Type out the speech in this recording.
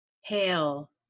Hail